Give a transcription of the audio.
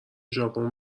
ژاپن